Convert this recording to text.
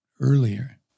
earlier